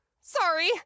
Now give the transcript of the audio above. sorry